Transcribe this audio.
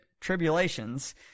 tribulations